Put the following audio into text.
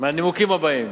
מהנימוקים הבאים: